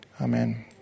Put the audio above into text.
Amen